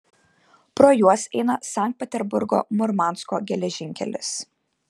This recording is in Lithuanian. pro juos eina sankt peterburgo murmansko geležinkelis